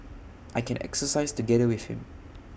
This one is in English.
I can exercise together with him